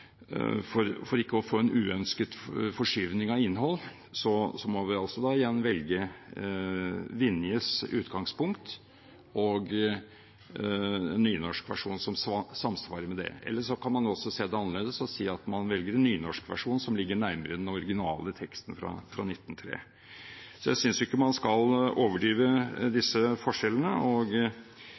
for ikke å få en uønsket forskyvning av innhold, må vi igjen velge Vinjes utgangspunkt og en nynorskversjon som samsvarer med det. Eller så kan man også se det annerledes og si at man velger en nynorskversjon som ligger nærmere den originale teksten fra 1903. Jeg synes ikke man skal overdrive disse forskjellene. Jeg synes det ville være et stort anstaltmakeri hvis Stortinget nå – fire år etter en veldig grundig debatt og